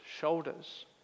shoulders